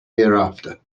hereafter